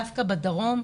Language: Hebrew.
דווקא בדרום,